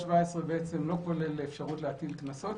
סעיף 17 לא כולל אפשרות להטיל קנסות.